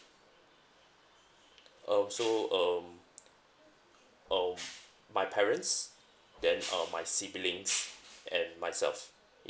um so um um my parents then uh my siblings and myself yup